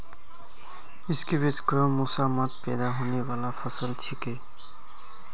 squash गर्म मौसमत पैदा होने बाला फसल छिके